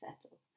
settle